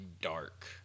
dark